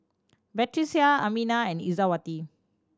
Batrisya Aminah and Izzati